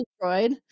destroyed